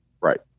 Right